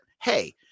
hey